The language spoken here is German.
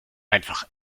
einfach